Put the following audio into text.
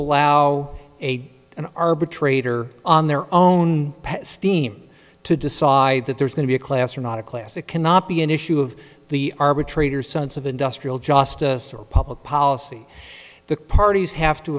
allow a an arbitrator on their own steam to decide that there's going to be a class or not a class it cannot be an issue of the arbitrator sense of industrial justice or public policy the parties have t